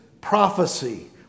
prophecy